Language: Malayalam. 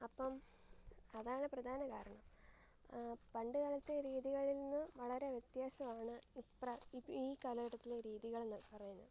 അപ്പം അതാണ് പ്രധാന കാരണം പണ്ടുകാലത്തെ രീതികളിൽ നിന്നും വളരെ വ്യത്യസമാണ് ഈ പ്രാ ഈ കാലഘട്ടത്തിലെ രീതികൾ എന്നു പറയുന്നത്